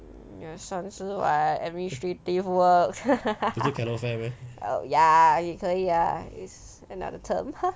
也算是 [what] administrative work oh ya 也可以 ah is another term